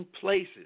places